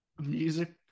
music